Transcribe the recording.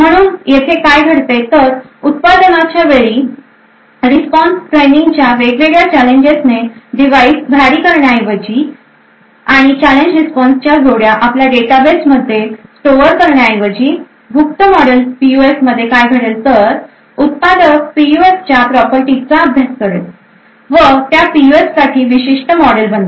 म्हणून येथे काय घडते तर उत्पादनांच्या वेळी रिस्पॉन्स ट्रेनिंगच्या वेगवेगळ्या चॅलेंजेस ने डिव्हाइस व्हॅरी करण्याऐवजी आणि चॅलेंज रिस्पॉन्सच्या जोड्या आपल्या डेटाबेसमध्ये स्टोअर करण्याऐवजी गुप्त मॉडेल पीयूएफमध्ये काय घडेल तर उत्पादक पीयूएफच्या प्रॉपर्टीजचा अभ्यास करेल व त्या पीयूएफ साठी विशिष्ट मॉडेल बनवेल